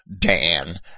Dan